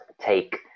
take